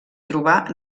trobar